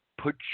Put